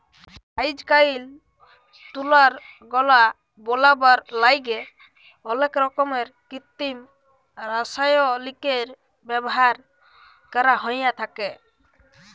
আইজকাইল তুলার গলা বলাবার ল্যাইগে অলেক রকমের কিত্তিম রাসায়লিকের ব্যাভার ক্যরা হ্যঁয়ে থ্যাকে